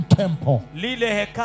temple